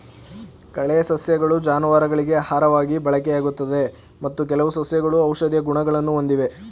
ಕಳೆ ಸಸ್ಯಗಳು ಜಾನುವಾರುಗಳಿಗೆ ಆಹಾರವಾಗಿ ಬಳಕೆಯಾಗುತ್ತದೆ ಮತ್ತು ಕೆಲವು ಸಸ್ಯಗಳು ಔಷಧೀಯ ಗುಣಗಳನ್ನು ಹೊಂದಿವೆ